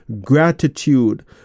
gratitude